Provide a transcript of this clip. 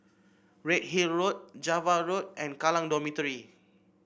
Redhill Road Java Road and Kallang Dormitory